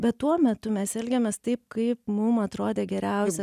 bet tuo metu mes elgiamės taip kaip mum atrodė geriausia